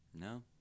No